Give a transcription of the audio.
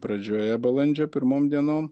pradžioje balandžio pirmom dienom